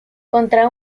contra